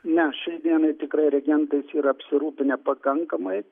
ne šiai dienai tikrai reagentais yra apsirūpinę pakankamai